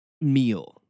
meal